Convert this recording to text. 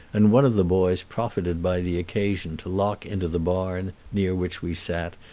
and one of the boys profited by the occasion to lock into the barn, near which we sat,